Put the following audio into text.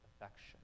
affection